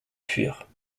fuir